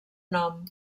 nom